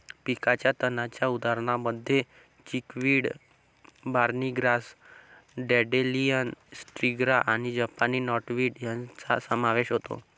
पिकाच्या तणांच्या उदाहरणांमध्ये चिकवीड, बार्नी ग्रास, डँडेलियन, स्ट्रिगा आणि जपानी नॉटवीड यांचा समावेश होतो